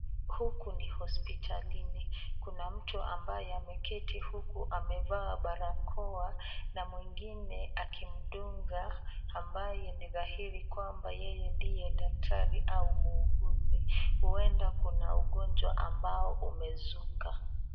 Huku ni hospitalini, kuna mtu ambaye ameketi huku amevaa barakoa na mwingine akimdunga ambaye ni dhahiri kwamba yeye ndiye daktari au muuguzi . Huenda kuna ugonjwa ambao umezuka.